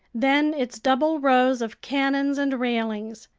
then its double rows of cannons and railings.